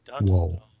Whoa